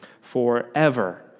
forever